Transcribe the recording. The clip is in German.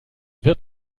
wird